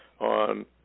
on